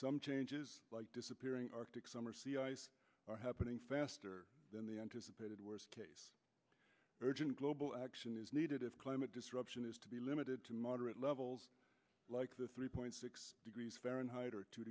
some changes disappearing arctic summers are happening faster than the anticipated worst case urgent global action is needed if climate disruption is to be limited to moderate levels like the three point six degrees fahrenheit or two